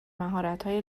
مهراتهای